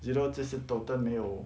zero 就是 total 没有